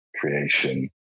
creation